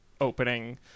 opening